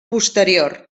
posterior